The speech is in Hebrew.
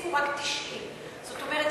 הוסיפו רק 90. זאת אומרת,